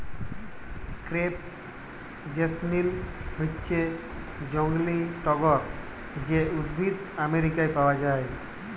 crepe jasmine হচ্যে জংলী টগর যে উদ্ভিদ আমেরিকায় পাওয়া যায়